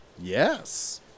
yes